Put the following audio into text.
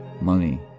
money